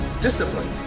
discipline